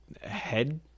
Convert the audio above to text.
head